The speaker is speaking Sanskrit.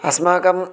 अस्माकं